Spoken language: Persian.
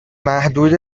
محدود